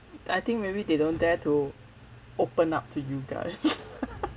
I think maybe they don't dare to open up to you guys